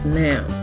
now